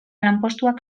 lanpostuak